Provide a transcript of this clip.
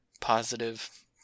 positive